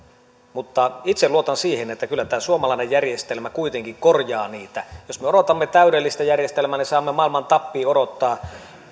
mutta itse luotan siihen että kyllä tämä suomalainen järjestelmä kuitenkin korjaa niitä jos me odotamme täydellistä järjestelmää niin saamme maailman tappiin odottaa